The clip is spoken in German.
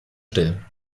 still